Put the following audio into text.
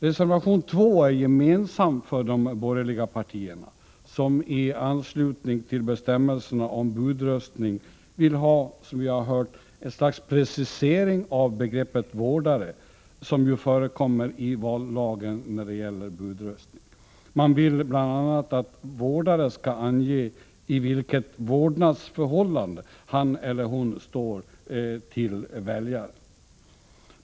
Reservation 2 är gemensam för de borgerliga partierna, som i anslutning till bestämmelserna om budröstning vill ha, som vi har hört, ett slags precisering av begreppet vårdare, som förekommer i vallagen när det gäller budröstning. Reservanterna vill bl.a. att vårdare skall ange i vilket vårdnadsförhållande han eller hon står till väljaren.